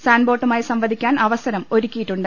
സാൻബോട്ടുമായി സംവദിക്കാൻ അവസരം ഒരുക്കിയിട്ടു ണ്ട്